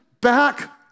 back